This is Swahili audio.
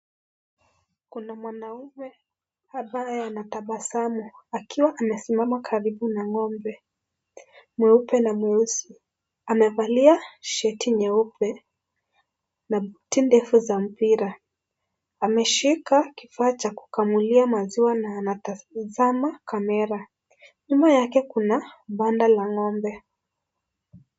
Kuna mwanaume ambaye anatabasamu akiwa amesimama karibu na ngombe nyeusi na nyeupe amevalia shat na tindetiza mpira ameshikilia kifaa cha kukamulia maziwa na anatazama camera , Nyuma yake ganda la ng'ombe.